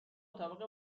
مطابق